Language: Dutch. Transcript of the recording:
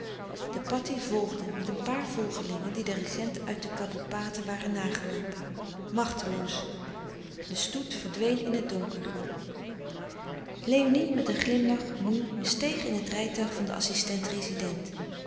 de patih volgde met een paar volgelingen die den regent uit de kaboepaten waren nageloopen machteloos de stoet verdween in het donker léonie met een glimlach moê steeg in het rijtuig van den